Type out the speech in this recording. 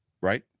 right